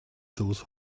those